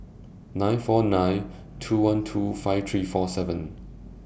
nine four nine two one two five three four seven